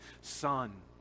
Son